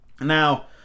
Now